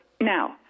now